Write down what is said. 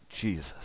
Jesus